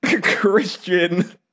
Christian